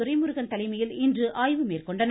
துரைமுருகன் தலைமையில் இன்று ஆய்வு மேற்கொண்டனர்